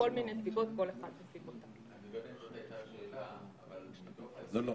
זה אחוז שמעיד על ההתנהגות הישראלית,